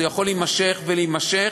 זה יכול להימשך ולהימשך,